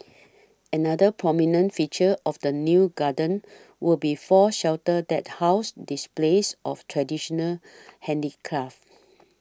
another prominent feature of the new garden will be four shelters that house displays of traditional handicraft